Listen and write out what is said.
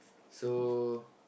so